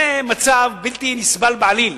זה מצב בלתי נסבל בעליל.